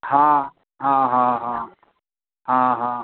हा हा हा हा हा हा